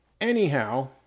Anyhow